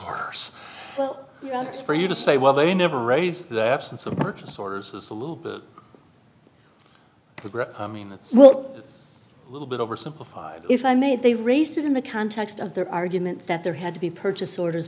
it's for you to say well they never raise the absence of purchase orders is a little bit i mean that's a little bit oversimplified if i may if they raised it in the context of their argument that there had to be purchase orders